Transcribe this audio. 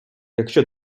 якщо